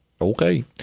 okay